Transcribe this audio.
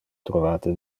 trovate